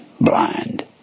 blind